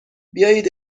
بیایید